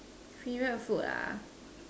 favourite food ah